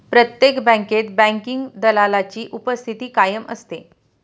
प्रत्येक बँकेत बँकिंग दलालाची उपस्थिती कायम असते